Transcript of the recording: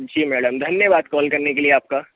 जी madam धन्यवाद call करने के लिए आपका